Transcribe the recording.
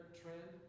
trend